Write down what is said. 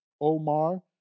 Omar